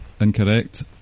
Incorrect